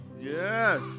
Yes